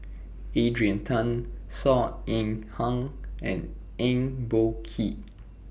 Adrian Tan Saw Ean Ang and Eng Boh Kee